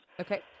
Okay